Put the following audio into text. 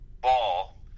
ball